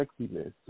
sexiness